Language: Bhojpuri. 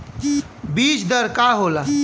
बीज दर का होला?